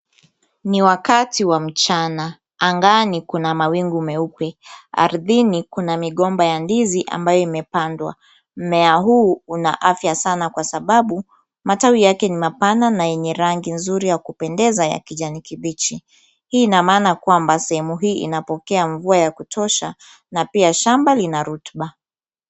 Ni wakati wa mchana angani kuna mawingu meupe. Ardhini kuna migomba ya ndizi ambayo imepandwa. Mmea huu una afya sana kwa sababu matawi yake ni mapana na yenye rangi nzuri ya kupendeza ya kijani kibichi. Hii ina maana kwamba sehemu hii inapokea mvua ya kutosha na pia shamba lina rutuba.